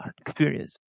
experience